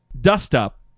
dust-up